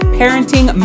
parenting